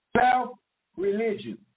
self-religion